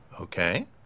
Okay